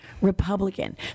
Republican